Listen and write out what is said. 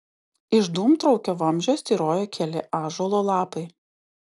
iš dūmtraukio vamzdžio styrojo keli ąžuolo lapai